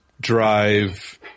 drive